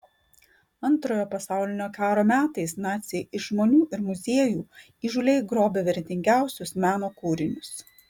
antrojo pasaulio karo metais naciai iš žmonių ir muziejų įžūliai grobė vertingiausius meno kūrinius